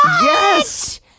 Yes